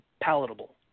palatable